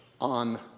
on